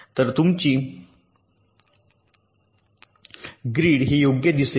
तर तुमची ग्रीड हे योग्य दिसेल